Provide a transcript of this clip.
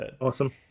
Awesome